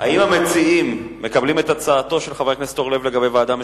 האם המציעים מקבלים את הצעתו של חבר הכנסת אורלב לגבי ועדה משותפת?